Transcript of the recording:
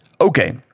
Okay